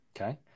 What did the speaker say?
Okay